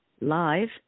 live